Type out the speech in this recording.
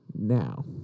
now